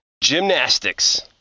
Gymnastics